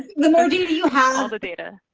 the more. do do you have the data.